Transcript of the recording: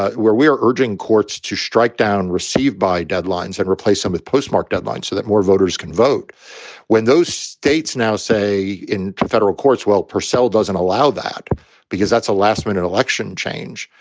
where we are urging courts to strike down, received by deadlines and replace them with postmark deadlines so that more voters can vote when those states now say, in federal courts. well, purcell doesn't allow that because that's a last minute election change.